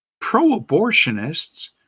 Pro-abortionists